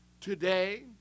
today